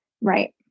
Right